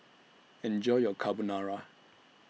Enjoy your Carbonara